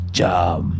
jam